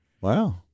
Wow